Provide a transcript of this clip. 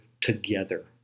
together